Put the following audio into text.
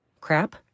Crap